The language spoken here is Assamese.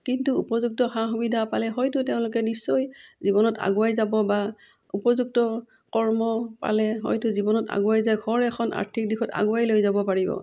কিন্তু উপযুক্ত সা সুবিধা পালে হয়তো তেওঁলোকে নিশ্চয় জীৱনত আগুৱাই যাব বা উপযুক্ত কৰ্ম পালে হয়তো জীৱনত আগুৱাই যায় ঘৰ এখন আৰ্থিক দিশত আগুৱাই লৈ যাব পাৰিব